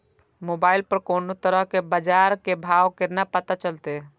Mobile पर कोनो तरह के बाजार के भाव केना पता चलते?